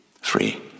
Free